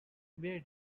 where